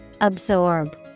Absorb